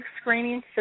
screening